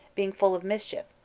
being full of mischief,